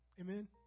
Amen